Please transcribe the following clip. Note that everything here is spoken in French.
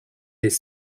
des